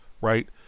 right